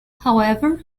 however